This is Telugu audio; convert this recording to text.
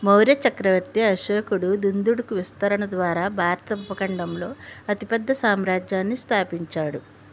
మౌర్య చక్రవర్తి అశోకుడు దుందుడుకు విస్తరణ ద్వారా భారత ఉపఖండంలో అతిపెద్ద సామ్రాజ్యాన్ని స్థాపించాడు